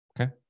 Okay